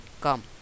come